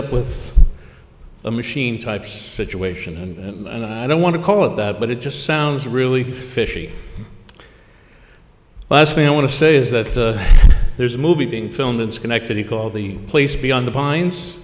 up with a machine types situation and i don't want to call it that but it just sounds really fishy last thing i want to say is that there's a movie being filmed in schenectady called the place beyond the pines